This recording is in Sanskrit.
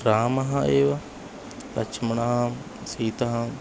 रामः एव लक्ष्मणां सीतां